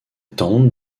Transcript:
tentent